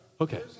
Okay